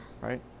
right